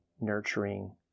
nurturing